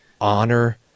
honor